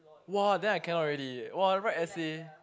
!wah! then I cannot already !wah! write essay